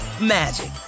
magic